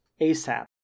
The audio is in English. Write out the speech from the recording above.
ASAP